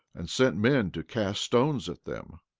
and sent men to cast stones at them.